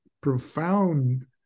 profound